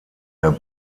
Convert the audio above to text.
der